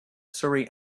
surrey